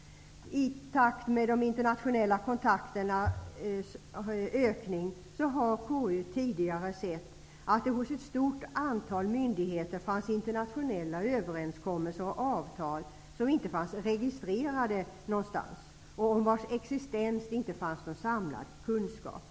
I takt med att de internationella kontakterna har ökat har KU sett att det tidigare hos ett stort antal myndigheter fanns internationella överskommelser och avtal som inte fanns registrerade någonstans och om vars existens det inte fanns någon samlad kunskap.